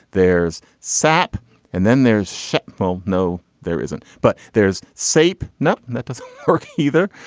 there's sap and then there's shit. but um no there isn't but there's snape nothing that does work either.